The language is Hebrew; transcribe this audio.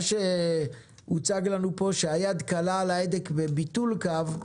מה שהוצג לנו פה זה שהיד קלה על ההדק בביטול קו,